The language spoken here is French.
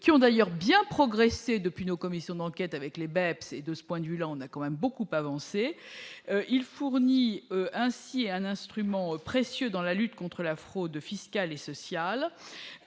qui ont d'ailleurs bien progressé depuis nos commissions d'enquête avec les bêtes, et de ce point de vue là on a quand même beaucoup avancé, il fournit ainsi un instrument précieux dans la lutte contre la fraude fiscale et sociale,